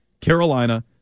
Carolina